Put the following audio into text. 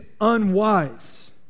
unwise